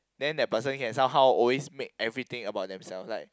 then that person can somehow always make everything about themselves like